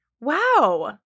Wow